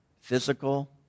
Physical